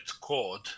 code